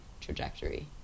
trajectory